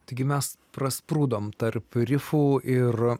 taigi mes prasprūdome tarp rifų ir